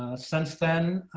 since then,